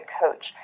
coach